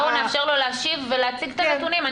אז בואו נאפשר לו להשיב ולהציג את הנתונים.